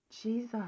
jesus